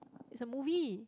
is a movie